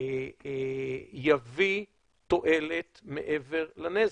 יביא תועלת מעבר לנזק.